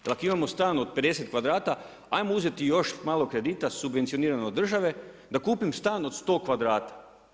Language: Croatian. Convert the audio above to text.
Jer ako imamo stan od 50 kvadrata, ajmo uzet još malo kredita subvencioniranog od države da kupim stan od 100 kvadrata.